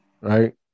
right